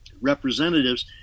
representatives